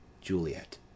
Juliet